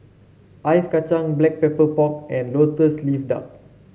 Ice Kacang Black Pepper Pork and lotus leaf duck